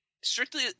strictly